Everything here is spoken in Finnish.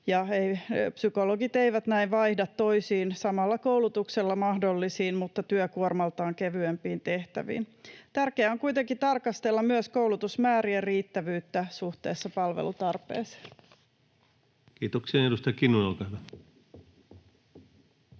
psykologit eivät näin vaihda toisiin samalla koulutuksella mahdollisiin mutta työkuormaltaan kevyempiin tehtäviin. Tärkeää on kuitenkin tarkastella myös koulutusmäärien riittävyyttä suhteessa palvelutarpeeseen. [Speech 167] Speaker: